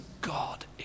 God